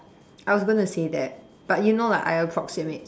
I was going to say that but you know lah I approximate so